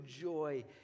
joy